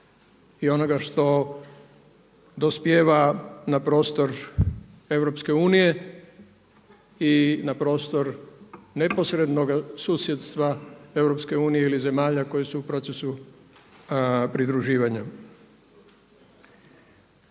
i onoga što dospijeva na prostor EU i na prostor neposrednog susjedstva EU ili zemalja koje su u procesu pridruživanja.